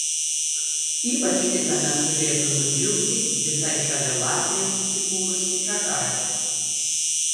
ypač kitąmet turėtų nudžiugti visai šalia latvijos įsikūrusi žagarė